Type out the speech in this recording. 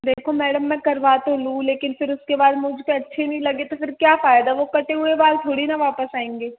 देखो मैडम मैं करवा तो लूँ लेकिन फिर उसके बाद मुझ पर अच्छे नहीं लगे तो फिर क्या फ़ायदा वह कटे हुए बाल थोड़ी न वापस आऐंगे